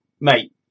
mate